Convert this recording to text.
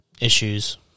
Issues